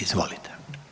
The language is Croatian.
Izvolite.